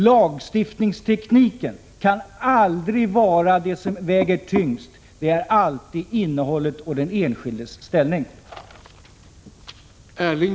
Lagstiftningstekniken kan aldrig vara det som väger tyngst, utan det är alltid innehållet och den enskildes ställning!